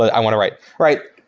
i want to write, right?